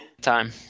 Time